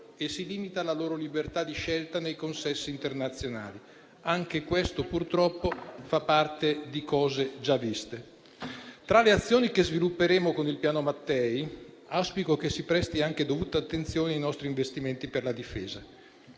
e si limita la loro libertà di scelta nei consessi internazionali. Anche questo, purtroppo, fa parte di cose già viste. Tra le azioni che svilupperemo con il Piano Mattei, auspico che si presti anche dovuta attenzione ai nostri investimenti per la difesa.